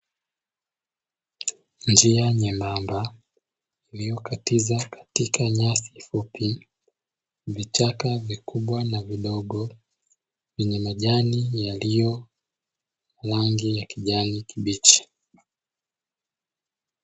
Njia nyembamba iliyokatiza katika nyasi fupi, vichaka vikubwa na vidogo, vyenye majani yaliyo rangi ya kijani kibichi.